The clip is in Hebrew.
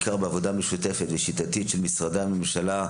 ובעיקר בעבודה משותפת ושיטתית של משרדי הממשלה,